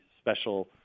special